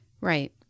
right